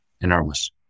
enormous